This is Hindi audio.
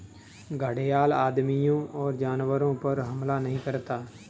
घड़ियाल आदमियों और जानवरों पर हमला नहीं करता है